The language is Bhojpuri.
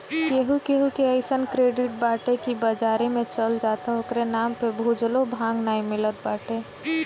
केहू केहू के अइसन क्रेडिट बाटे की बाजारी में चल जा त ओकरी नाम पे भुजलो भांग नाइ मिलत बाटे